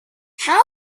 how